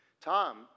Tom